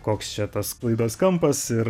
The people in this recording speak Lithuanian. koks čia tas sklaidos kampas ir